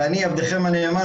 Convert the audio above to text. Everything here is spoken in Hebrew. ואני עבדכם הנאמן,